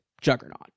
Juggernaut